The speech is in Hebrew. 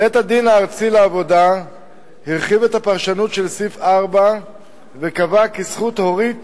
בית-הדין הארצי לעבודה הרחיב את הפרשנות לסעיף 4 וקבע כי זכות הורית